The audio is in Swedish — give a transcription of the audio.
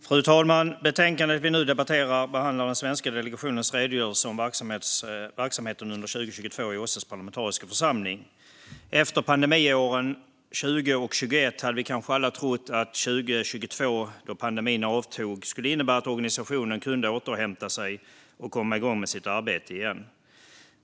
Fru talman! Betänkandet vi nu debatterar behandlar den svenska delegationens redogörelse för verksamheten under 2022 i OSSE:s parlamentariska församling. Efter pandemiåren 2020 och 2021 hade vi kanske alla trott att året 2022, då pandemin avtog, skulle innebära att organisationen kunde återhämta sig och komma igång med sitt arbete igen.